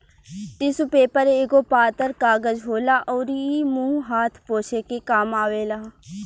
tissue paper एगो पातर कागज होला अउरी इ मुंह हाथ पोछे के काम आवेला